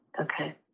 Okay